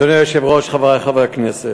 אדוני היושב-ראש, חברי חברי הכנסת,